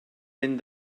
ben